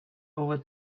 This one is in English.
over